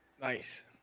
Nice